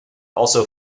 also